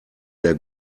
der